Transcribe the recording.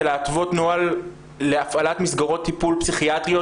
להתוות נוהל להפעלת מסגרות טיפול פסיכיאטריות